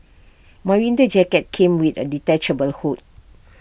my winter jacket came with A detachable hood